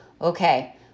okay